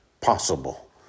possible